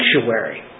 sanctuary